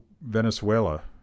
Venezuela